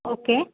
okay